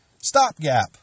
stopgap